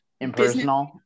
impersonal